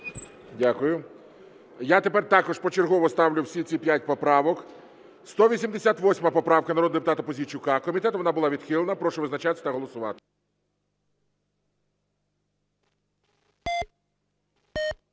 Дякую. Я тепер також почергово ставлю всі ці п'ять поправок. 188 поправка народного депутата Пузійчука. Комітетом вона була відхилена. Прошу визначатись та голосувати.